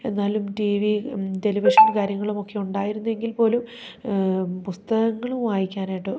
എന്നാലും T V television കാര്യങ്ങളുമൊക്കെ ഉണ്ടായിരുന്നെങ്കിൽ പോലും പുസ്തകങ്ങൾ വായിക്കാനായിട്ടോ